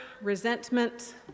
resentment